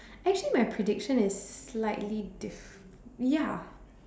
actually my prediction is slightly diff~ ya